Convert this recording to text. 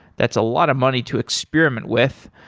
that's a lot of money to experiment with.